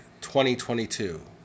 2022